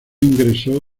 ingresó